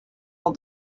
all